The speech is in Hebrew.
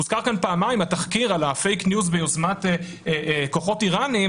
הוזכר כאן פעמיים התחקיר על ה"פייק ניוז" ביוזמת כוחות איראניים,